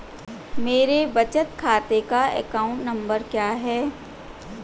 मेरे बचत खाते का अकाउंट नंबर क्या है?